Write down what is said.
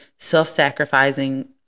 self-sacrificing